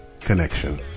Connection